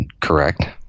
correct